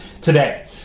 today